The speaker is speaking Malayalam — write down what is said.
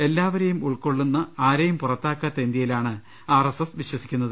എല്ലാവരെയും ഉൾക്കൊ ള്ളുന്ന ആരെയും പുറത്താക്കാത്ത ഇന്ത്യയിലാണ് ആർഎസ്എസ് വിശ്വസിക്കുന്നത്